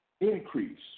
Increase